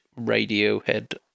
Radiohead